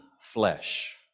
flesh